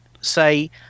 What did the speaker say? say